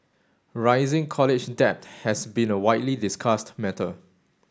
rising college debt has been a widely discussed matter